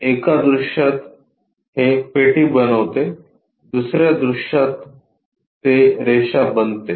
एका दृश्यात हे पेटी बनवते दुसर्या दृश्यात ते रेषा बनते